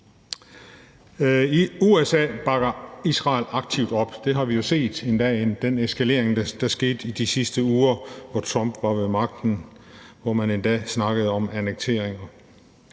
USA bakker Israel aktivt op. Det har vi jo set, endda i den eskalering, der skete i de sidste uger, hvor Donald Trump var ved magten, og hvor man endda snakkede om annektering.